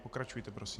Pokračujte prosím.